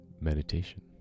Meditation